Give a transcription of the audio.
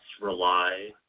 rely